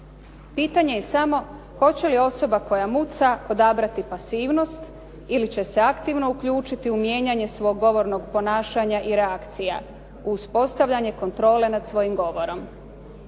Pitanje je samo hoće li osoba koja muca odabrati pasivnost ili će se aktivno uključiti u mijenjanje svog govornog ponašanja i reakcija, uspostavljanje kontrole nad svojim govorom.